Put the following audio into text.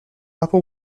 upper